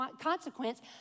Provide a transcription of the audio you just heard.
consequence